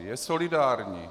Je solidární.